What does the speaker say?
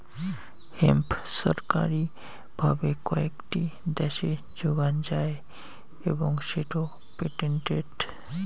hemp ছরকারি ভাবে কয়েকটি দ্যাশে যোগান যাই এবং সেটো পেটেন্টেড